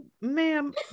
ma'am